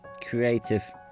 creative